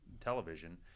television